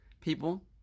people